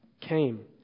came